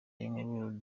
y’inkuru